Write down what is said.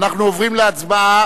אנחנו עוברים להצבעה.